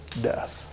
death